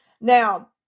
Now